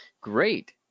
great